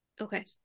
Okay